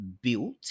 built